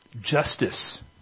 justice